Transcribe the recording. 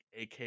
AK